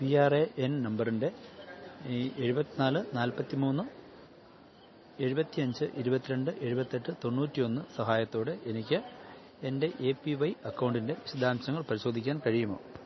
P R A N നമ്പറിൻ്റെ ഈ എഴുപത്തിനാല് നാൽപ്പത്തിമൂന്ന് എഴുപത്തിയഞ്ച് ഇരുപത്തിരണ്ട് എഴുപത്തെട്ട് തൊണ്ണൂറ്റൊന്ന് സഹായത്തോടെ എനിക്ക് എൻ്റെ എ പി വൈ അക്കൗണ്ടിൻ്റെ വിശദാംശങ്ങൾ പരിശോധിക്കാൻ കഴിയുമോ